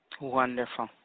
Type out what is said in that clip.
Wonderful